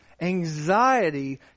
Anxiety